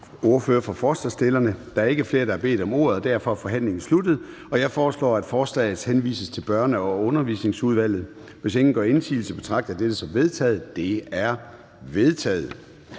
ordføreren. Der er ikke nogen korte bemærkninger, så forhandlingen er sluttet. Jeg foreslår, at forslaget henvises til Børne- og Undervisningsudvalget. Hvis ingen gør indsigelse, betragter jeg dette som vedtaget. Det er vedtaget.